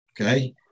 okay